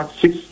six